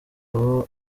baba